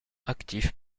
actif